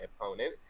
opponent